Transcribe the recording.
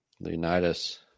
Leonidas